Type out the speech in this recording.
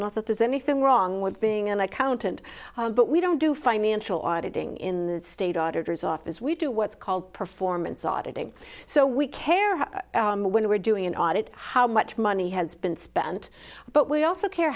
not that there's anything wrong with being an accountant but we don't do financial auditing in state auditors office we do what's called performance auditing so we care how we're doing an audit how much money has been spent but we also care